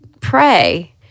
pray